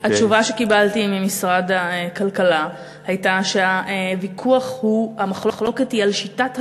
התשובה שקיבלתי ממשרד הכלכלה הייתה שהמחלוקת היא על שיטת החישוב,